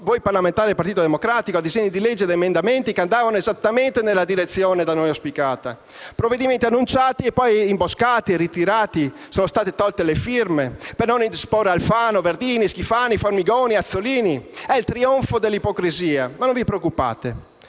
voi parlamentari del Partito Democratico, avete posto a disegni di legge o emendamenti che andavano esattamente nella direzione da noi auspicata. Si tratta di provvedimenti annunciati e poi imboscati, ritirati o a cui sono state tolte le firme per non indisporre Alfano, Verdini, Schifani, Formigoni o Azzollini. È il trionfo dell'ipocrisia. Non vi preoccupate,